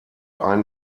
einen